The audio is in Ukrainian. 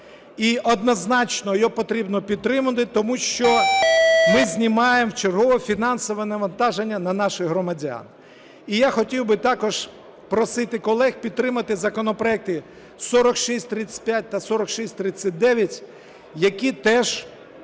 І однозначно його потрібно підтримати, тому що ми знімаємо вчергове фінансове навантаження на наших громадян. І я хотів би також просити колег підтримати законопроекти 4635 та 4639, які теж сприяють